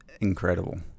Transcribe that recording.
incredible